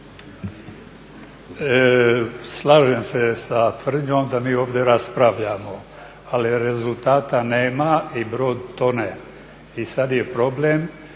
Slažem se sa tvrdnjom da mi ovdje raspravljamo ali rezultata nema i brod tone. I sad je problem